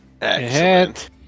Excellent